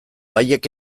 haiek